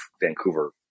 Vancouver